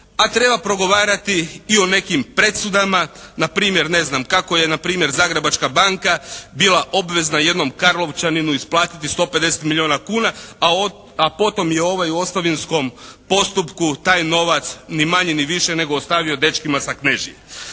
a treba pregovarati i o nekim presudama. Na primjer, ne znam kako je na primjer Zagrebačka banka bila obvezna jednom Karlovčaninu isplatiti 150 milijuna kuna, a od, a potom je ovaj u ostavinskom postupku taj novac ni manje ni više nego ostavio dečkima sa Knežije.